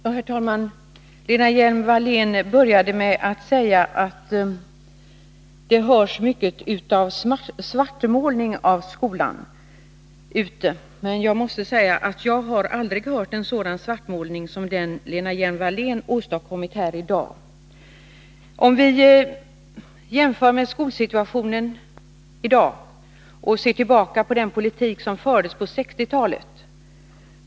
Herr talman! Lena Hjelm-Wallén började med att säga att det ute i landet hörs mycket av svartmålning av skolan, men jag måste säga att jag aldrig har hört en sådan svartmålning som den Lena Hjelm-Wallén åstadkommit här i dag. z Vi kan jämföra skolsituationen i dag med den skolpolitik som fördes på 1960-talet.